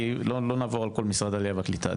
כי לא נעבור על כל משרד העלייה והליטה.